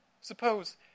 Suppose